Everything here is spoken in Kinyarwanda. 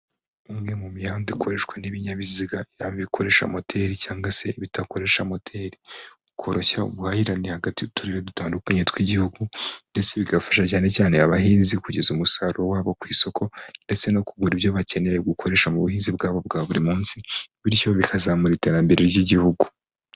Umwe mu mihanda ikoreshwa n'ibinyabiziga yaba ibikoresha moteri cg se ibidakoresha moteri, koroshya ubuhahirane hagati y'uturere dutandukanye tw'igihugu ,ndetse bigafasha cyane cyane abahinzi kugeza umusaruro wabo ku isoko ndetse no kugura ibyo bakeneye gukoresha mu buhinzi bwabo bwa buri munsi, bityo bikazamura iterambere ry'igihugu.